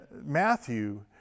Matthew